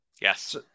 yes